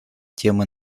темы